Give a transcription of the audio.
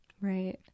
right